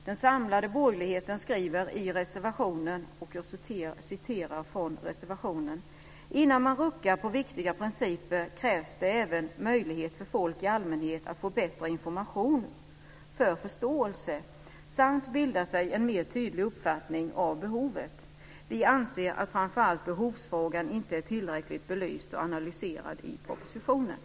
Den samlade borgerligheten skriver så här i reservationen: "Innan man ruckar på så viktiga principer krävs det även möjlighet för folk i allmänhet att få bättre information för att få förståelse för samt kunna bilda sig en mera tydlig uppfattning om behovet. Vi anser att framför allt behovsfrågan inte är tillräckligt belyst och analyserad i propositionen."